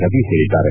ರವಿ ಹೇಳಿದ್ದಾರೆ